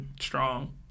strong